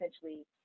essentially